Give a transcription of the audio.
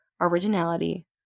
originality